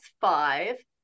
five